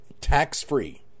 tax-free